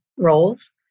Roles